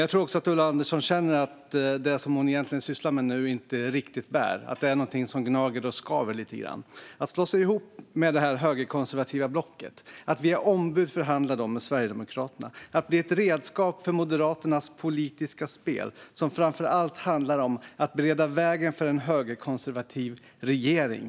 Jag tror också att Ulla Andersson känner att det som hon sysslar med nu inte riktigt bär och att det är något som gnager och skaver lite grann - att slå sig ihop med det högerkonservativa blocket, att via ombud förhandla med Sverigedemokraterna och att bli ett redskap för Moderaternas politiska spel, som framför allt handlar om att bereda vägen för en högerkonservativ regering.